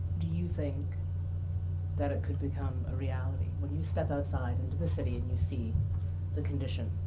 do you think that it could become a reality when you step outside into the city and you see the condition.